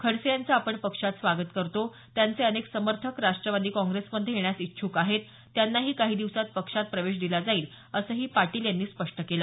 खडसे यांचं आपण पक्षात स्वागत करतो त्यांचे अनेक समर्थक राष्ट्रवादी काँग्रेसमध्ये येण्यास इच्छुक आहेत त्यांनाही काही दिवसांत पक्षात प्रवेश दिला जाईल असंही पाटील यांनी स्पष्ट केल